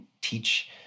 teach